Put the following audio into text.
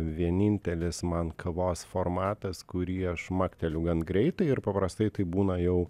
vienintelis man kavos formatas kurį aš makteliu gan greitai ir paprastai tai būna jau